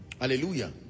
hallelujah